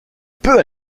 peut